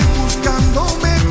buscándome